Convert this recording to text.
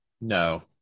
No